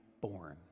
born